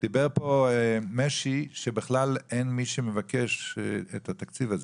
דיבר פה משי שבכלל אין מי שמבקש את התקציב הזה.